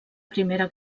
primera